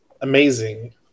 amazing